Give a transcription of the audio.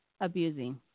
abusing